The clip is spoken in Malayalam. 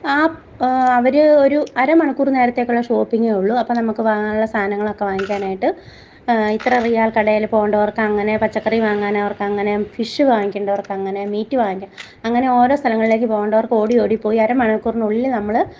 ആ അവർ ഒരു അര മണിക്കൂറ് നേരത്തേക്കേ ഷോപ്പിംങ്ങ് ഉള്ളൂ അപ്പം നമുക്ക് വാങ്ങാനുള്ള സാധനങ്ങളൊക്ക വാങ്ങിക്കാനായിട്ട് ഇത്ര റിയാൽ കടയിൽ പോകേണ്ടവർക്ക് അങ്ങനെ പച്ചക്കറി വാങ്ങാൻ അവർക്ക് അങ്ങനെ ഫിഷ് വാങ്ങിക്കേണ്ടവർക്ക് അങ്ങനെ മീറ്റ് വാങ്ങി അങ്ങനെ ഓരോ സ്ഥലങ്ങളിലേക്ക് പോകേണ്ടവർക്ക് ഓടിയോടി പോയി അരമണിക്കൂറിനുള്ളിൽ നമ്മൾ